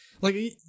Like-